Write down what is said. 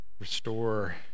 Restore